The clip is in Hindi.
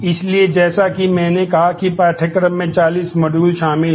इसलिए जैसा कि मैंने कहा कि पाठ्यक्रम में 40 मॉड्यूल शामिल हैं